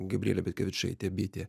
gabrielė petkevičaitė bitė